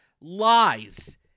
lies